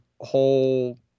whole –